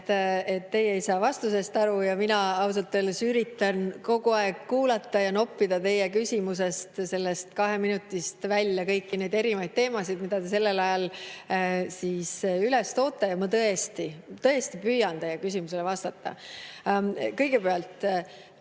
et teie ei saa vastusest aru, ja mina ausalt öeldes üritan kogu aeg kuulata ja noppida teie küsimusest, sellest kahest minutist välja kõiki neid erinevaid teemasid, mida te sellel ajal üles toote, ja ma tõesti püüan teie küsimusele vastata. Kõigepealt,